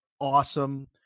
awesome